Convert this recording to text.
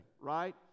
right